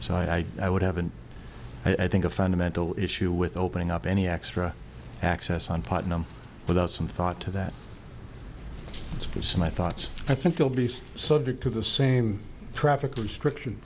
so i i would have been i think a fundamental issue with opening up any extra access on tottenham without some thought to that it's my thoughts i think they'll be subject to the same traffic restriction